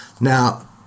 Now